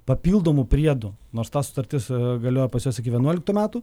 papildomų priedų nors ta sutartis galioja pas juos iki vienuoliktų metų